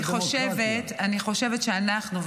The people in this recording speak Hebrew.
אני חושבת שאנחנו,